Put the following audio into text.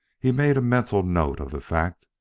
he made a mental note of the fact,